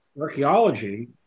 Archaeology